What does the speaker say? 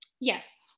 Yes